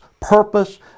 Purpose